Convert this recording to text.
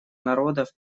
народов